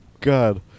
god